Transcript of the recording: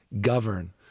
govern